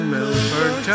Milford